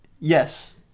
Yes